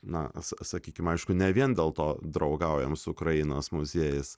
na sa sakykim aišku ne vien dėl to draugaujam su ukrainos muziejais